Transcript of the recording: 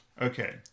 Okay